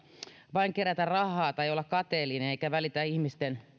vain kerätä rahaa tai on kateellinen eikä välitä ihmisten